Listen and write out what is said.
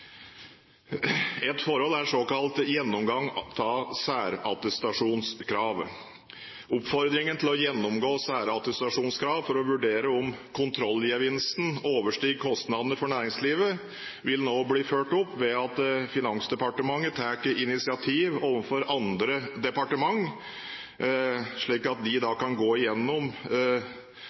Et forhold er såkalt gjennomgang av særattestasjonskrav. Oppfordringen til å gjennomgå særattestasjonskrav for å vurdere om kontrollgevinsten overstiger kostnadene for næringslivet, vil nå bli ført opp ved at Finansdepartementet tar initiativ overfor andre departementer, slik at de kan gå